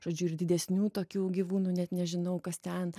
žodžiu ir didesnių tokių gyvūnų net nežinau kas ten